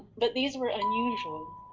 but these were unusual.